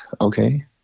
okay